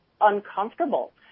uncomfortable